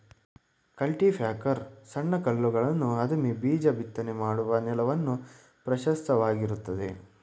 cultipacker ಸಣ್ಣ ಕಲ್ಲುಗಳನ್ನು ಅದುಮಿ ಬೀಜ ಬಿತ್ತನೆ ಮಾಡಲು ನೆಲವನ್ನು ಪ್ರಶಸ್ತವಾಗಿರುತ್ತದೆ